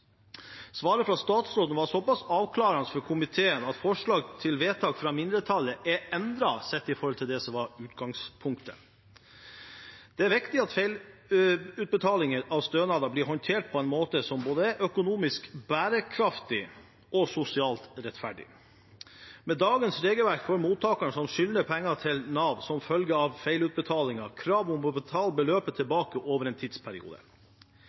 Svaret fra statsråden var såpass avklarende for komiteen at forslaget til vedtak fra mindretallet er blitt endret i forhold til det som var utgangspunktet. Det er viktig at feilutbetalinger av stønader blir håndtert på en måte som er både økonomisk bærekraftig og sosialt rettferdig. Med dagens regelverk får mottakeren som skylder Nav penger som følge av feilutbetalinger, krav om å betale beløpet tilbake over en tidsperiode.